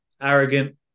arrogant